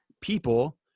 people